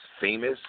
Famous